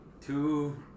two